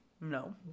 No